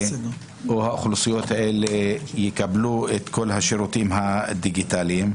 או האוכלוסיות האלה יקבלו את כול השירותים הדיגיטליים,